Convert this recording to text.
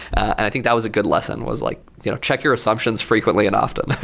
i think that was a good lesson, was like you know check your assumptions frequently and often.